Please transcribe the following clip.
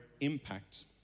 impact